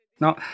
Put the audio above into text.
No